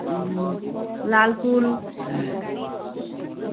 লাল ফুল